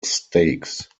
stakes